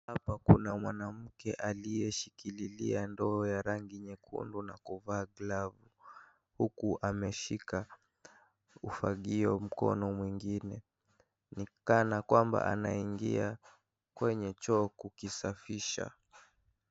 Hapa kuna mwanamke aliyeshikilia ndoo ya rangi nyekundu, na kuvaa glavu huku ameshika ufagio .Mkono mwingine kana Kwamba anaingia kwenye choo kukisafisha.